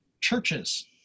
Churches